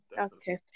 okay